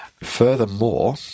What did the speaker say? Furthermore